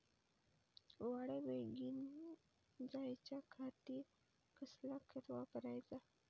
वाढ बेगीन जायच्या खातीर कसला खत वापराचा?